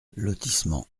lotissement